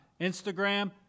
Instagram